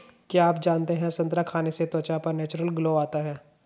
क्या आप जानते है संतरा खाने से त्वचा पर नेचुरल ग्लो आता है?